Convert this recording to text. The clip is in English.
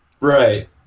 Right